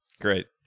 great